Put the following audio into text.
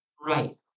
Right